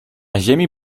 ziemi